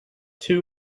two